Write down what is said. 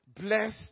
bless